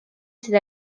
sydd